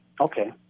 Okay